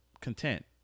content